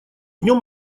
нем